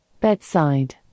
bedside